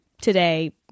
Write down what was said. today